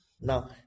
now